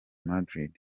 madrid